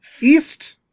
east